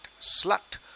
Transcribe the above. slut